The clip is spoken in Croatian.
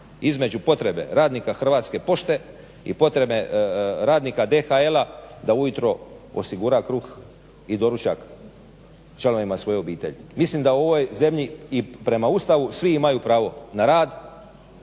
između potrebe radnika Hrvatske pošte i potrebe radnika DHL-a da ujutro osigura kruh i doručak članovima svoje obitelji. Mislim da u ovoj zemlji i prema Ustavu svi imaju pravo na rad